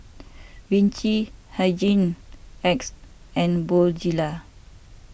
Vichy Hygin X and Bonjela